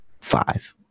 five